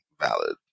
valid